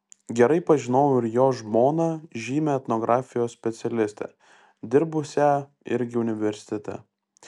gerai pažinojau ir jo žmoną žymią etnografijos specialistę dirbusią irgi universitete